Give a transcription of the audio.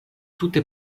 tute